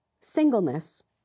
singleness